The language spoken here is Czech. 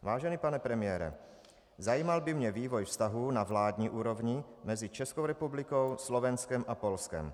Vážený pane premiére, zajímal by mě vývoj vztahů na vládní úrovni mezi Českou republikou, Slovenskem a Polskem.